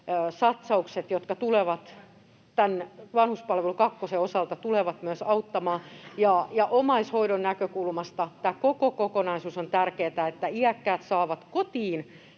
satsaukset, jotka tulevat tämän vanhuspalvelu kakkosen osalta, tulevat myös auttamaan. Ja omaishoidon näkökulmasta tämä koko kokonaisuus on tärkeä, se, että iäkkäät saavat kotiin